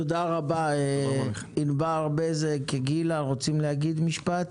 תודה רבה, ענבר בזק, גילה רוצות להגיד משפט?